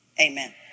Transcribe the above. amen